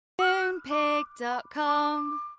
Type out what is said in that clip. Moonpig.com